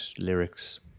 lyrics